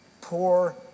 poor